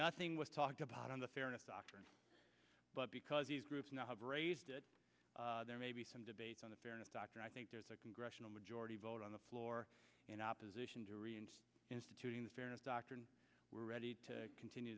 nothing was talked about on the fairness doctrine but because these groups now have raised it there may be some debate on the fairness doctrine i think there's a congressional majority vote on the floor in opposition to re and instituting the fairness doctrine we're ready to continue